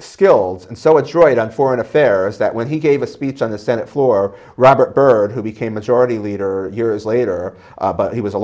skilled and so it's right on foreign affairs that when he gave a speech on the senate floor robert byrd who became majority leader years later he was a